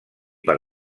per